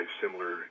similar